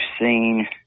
seen